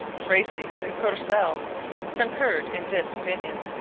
tracy and courcelle concurred in this opinion.